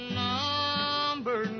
number